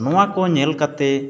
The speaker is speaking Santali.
ᱱᱚᱣᱟᱠᱚ ᱧᱮᱞ ᱠᱟᱛᱮ